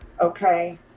Okay